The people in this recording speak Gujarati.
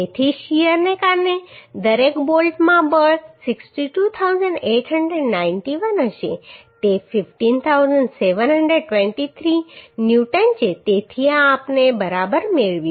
તેથી શીયરને કારણે દરેક બોલ્ટમાં બળ 62891 હશે તે 15723 ન્યૂટન છે તેથી આ આપણે બરાબર મેળવ્યું